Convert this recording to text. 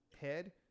head